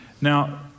Now